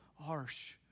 harsh